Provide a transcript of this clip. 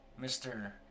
Mr